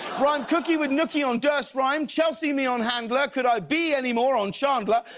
rhyme cookie with nookie on durstrhyme. chelsea me on handler. could i be any more? on chandler.